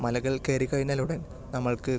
മലകൾ കയറി കഴിഞ്ഞാൽ ഉടൻ നമ്മൾക്ക്